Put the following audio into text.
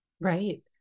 Right